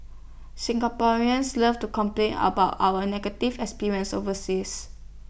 Singaporeans love to complain about our negative experiences overseas